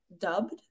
dubbed